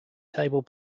table